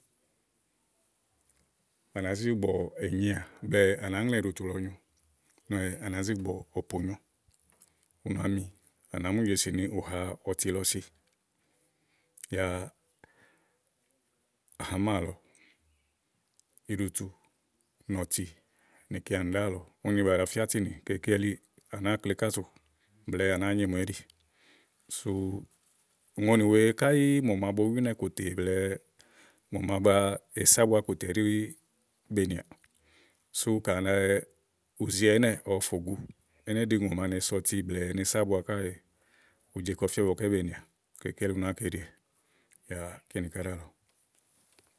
à nàá zi gbùgbɔ̀ ènyià blɛ̀ɛ, à nàá ŋlɛ̀ɛ iɖutu lɔ nyo úni à nàá zi gbùgbɔ̀ òponyo ú nàámi à nàá mu jèsì ni ù ha ɔtilɔ si yáá hàá mà lɔ, íɖutu nì ɔti ìkeanì ɖálɔ̀ɔ úni à nà fíá tinì ka ké elíì, à nàáa klò íkàtú blɛ̀ɛ à nàáa nyo ìmo íɖì sú ùŋonì wèe, kayí mò ma bo wu ínɛ̀ kòtè blɛ̀ɛ mò ma ba ese ábua kòtè ɛɖí be niàà, sú kayi ni ù ziwɛ ɛnɛ́ɛ̀ ɔwɔ fò gu éné ɖi ùŋò màa se ɔti blɛ̀ɛ ùŋò ma ne se ábua káèè, ùú je kɔ fía ígbɔké be nìà kayi káyí elí ù nàáa kò íɖiwɛ yáá kini ká ɖíàlɔ.